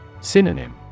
Synonym